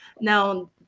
now